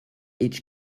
each